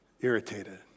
irritated